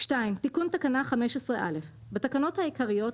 תיקון תקנה 15(א) 2. בתקנות העיקריות,